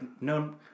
no